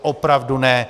Opravdu ne.